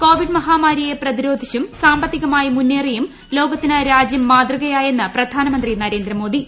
Covid മഹാമാരിയ്ക് പ്ര്യതിരോധിച്ചും സാമ്പത്തികമായി മുന്നേറിയും ലോക്കത്തിന് രാജ്യം മാതൃകയായെന്ന് പ്രധാനമന്ത്രി നര്ട്രേന്ദ്മോദി